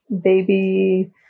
baby